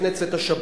לפני צאת השבת.